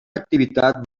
activitat